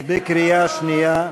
בקריאה שנייה.